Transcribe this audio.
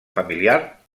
familiar